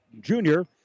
junior